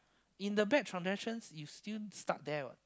in the batch of naturals you still stuck there what